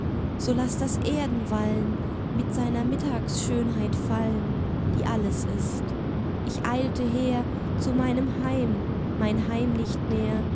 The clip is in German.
so laß das erdenwallen mit seiner mittagsschönheit fallen die alles ist ich eilte her zu meinem heim mein heim nicht mehr